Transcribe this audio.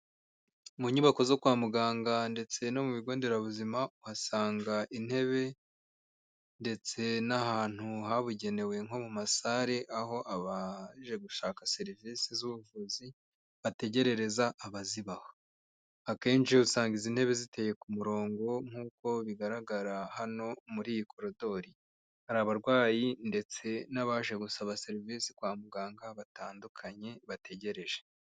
Mu nyubako zo kwa muganga ndetse no mu bigo nderabuzima uhasanga intebe ndetse n'ahantu habugenewe nko mu masare aho abaje gushaka serivise z'ubuvuzi bategerereza abazibaha, akenshi usanga izi ntebe ziteye ku murongo nk'uko bigaragara hano muri iyi korodori, hari abarwayi ndetse n'abaje gusaba serivisi kwa muganga batandukanye bategereje.